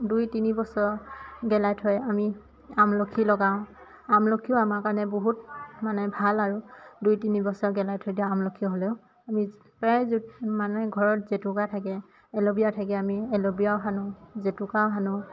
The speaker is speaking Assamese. দুই তিনি বছৰ গেলাই থৈ আমি আমলখি লগাওঁ আমলখিও আমাৰ কাৰণে বহুত মানে ভাল আৰু দুই তিনি বছৰ গেলাই থৈ দিওঁ আমলখি হ'লেও আমি প্ৰায় যত মানে ঘৰত জেতুকা থাকে এল'বিয়া থাকে আমি এল'বেৰাও সানো জেতুকাও সানো